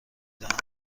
دهم